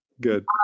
Good